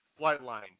Flightline